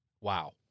Wow